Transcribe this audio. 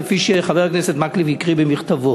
כפי שחבר הכנסת מקלב הקריא מהמכתב.